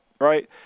Right